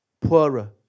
poorer